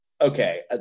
okay